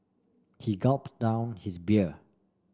he gulp down his beer